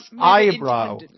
eyebrow